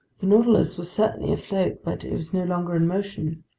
the nautilus was certainly afloat, but it was no longer in motion.